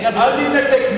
אל תתנתק.